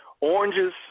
Oranges